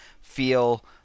feel